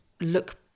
look